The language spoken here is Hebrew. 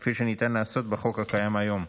כפי שניתן לעשות לפי החוק הקיים היום.